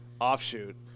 offshoot